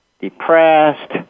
depressed